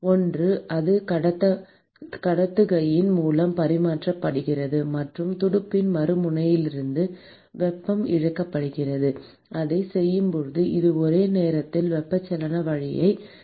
ஒன்று அது கடத்துகையின் மூலம் பரிமாற்றப்படுகிறது மற்றும் துடுப்பின் மறுமுனையிலிருந்து வெப்பம் இழக்கப்படுகிறது அதைச் செய்யும்போது அது ஒரே நேரத்தில் வெப்பச்சலன வழியையும் இழக்கிறது